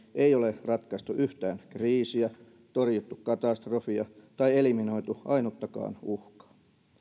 ei ole ratkaistu yhtään kriisiä torjuttu katastrofia tai eliminoitu ainuttakaan uhkaa